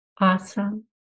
Awesome